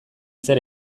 zer